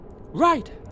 Right